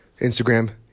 Instagram